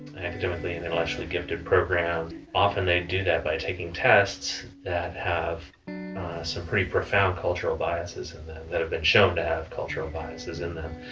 academically and intellectually gifted programs often they do that by taking tests that have some pretty profound cultural biases and that that have been shown to have cultural biases in them.